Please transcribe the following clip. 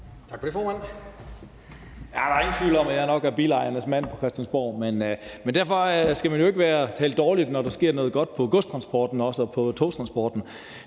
Tak for det, formand. Der er ingen tvivl om, at jeg nok er bilejernes mand på Christiansborg, men derfor skal man jo ikke tale dårligt, når der sker noget godt for godstransporten og også for togtransporten.